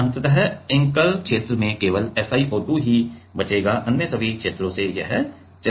अंतत एंकर क्षेत्र में केवल SiO2 ही बचेगा अन्य सभी क्षेत्रों में यह चला जाएगा